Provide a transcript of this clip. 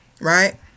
Right